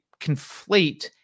conflate